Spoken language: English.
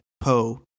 Poe